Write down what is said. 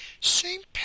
Saint